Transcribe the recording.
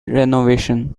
renovation